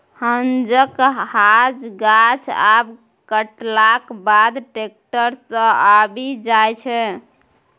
हांजक हांज गाछ आब कटलाक बाद टैक्टर सँ आबि जाइ छै